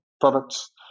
products